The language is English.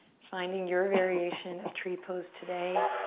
finding your variation of tree pose today,